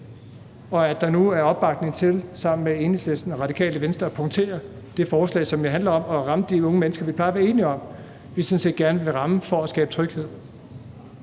og at der nu sammen med Enhedslisten og Radikale Venstre er opbakning til at punktere det forslag, som jo handler om at ramme de unge mennesker, vi plejer at være enige om vi sådan set gerne vil ramme for at skabe tryghed.